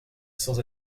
sans